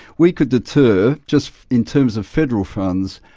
we could deter, just in terms of federal funds,